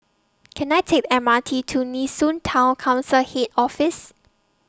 Can I Take The M R T to Nee Soon Town Council Head Office